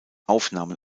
aufnahmen